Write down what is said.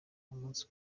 umunsi